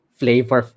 flavor